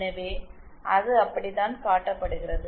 எனவே அது அப்படித்தான் காட்டப்படுகிறது